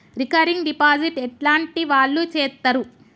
Recurring deposit ఎట్లాంటి వాళ్లు చేత్తరు?